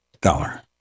dollar